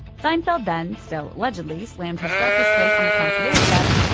seinfeld then, still allegedly, slammed his breakfast plate on the concierge desk,